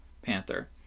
panther